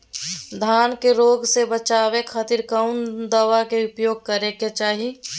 धान के रोग से बचावे खातिर कौन दवा के उपयोग करें कि चाहे?